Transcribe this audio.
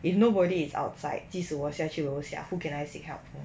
if nobody is outside 即使我下去楼下 who can I seek help from